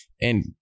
and-